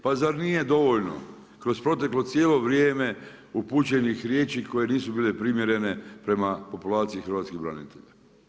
Pa zar nije dovoljno kroz proteklo cijelo vrijeme upućenih riječi koje nisu bile primjerene prema populaciji hrvatskih branitelja?